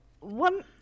one